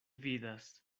vidas